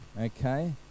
okay